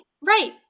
right